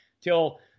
till